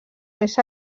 més